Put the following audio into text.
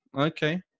Okay